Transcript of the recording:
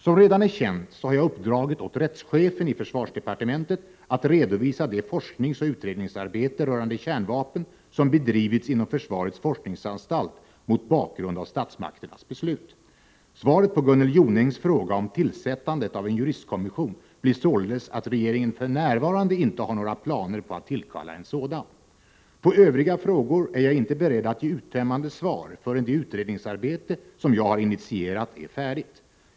Som redan är känt har jag uppdragit åt rättschefen i försvarsdepartementet att redovisa det forskningsoch utredningsarbete rörande kärnvapen som bedrivits inom försvarets forskningsanstalt mot bakgrund av statsmakternas beslut. Svaret på Gunnel Jonängs fråga om tillsättandet av en juristkommission blir således att regeringen för närvarande inte har några planer på att tillkalla en sådan. På övriga frågor är jag inte beredd att ge uttömmande svar förrän det utredningsarbete som jag har initierat är färdigt.